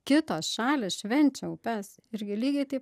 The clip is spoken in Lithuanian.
kitos šalys švenčia upes irgi lygiai taip